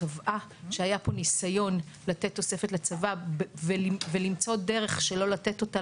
שקבעה שהיה פה ניסיון לתת תוספת לצבא ולמצוא דרך שלא לתת אותה,